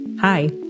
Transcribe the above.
Hi